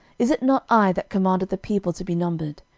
is it not i that commanded the people to be numbered?